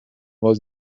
was